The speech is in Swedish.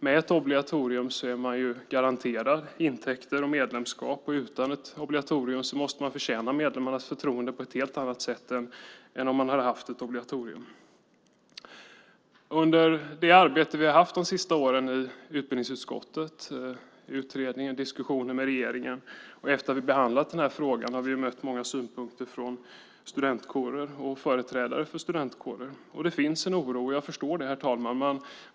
Med ett obligatorium är man garanterad intäkter och medlemskap, och utan ett obligatorium måste man förtjäna medlemmarnas förtroende på ett helt annat sätt än om man hade haft ett obligatorium. Under det arbete vi har haft de senaste åren i utbildningsutskottet - utredningar och diskussioner med regeringen - och efter att vi behandlat den här frågan har vi mött väldigt många synpunkter från studentkårer och företrädare för studentkårer. Det finns en oro. Jag förstår det, herr talman.